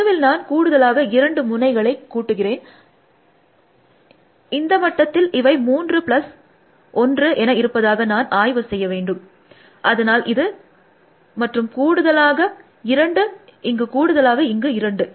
பொதுவில் நான் கூடுதலாக இரண்டு முனைகளை கூட்டுகிறேன் இந்த மட்டத்தில் அவை 3 ப்ளஸ் 1 என இருப்பதை நான் ஆய்வு செய்ய வேண்டும் அதனால் இது மற்றும் கூடுதலாக இரண்டு இங்கு கூடுதலாக இங்கு இரண்டு